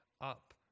up